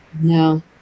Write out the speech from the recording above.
No